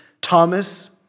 Thomas